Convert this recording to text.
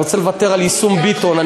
אני רוצה לוותר על יישום דוח ביטון,